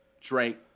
Drake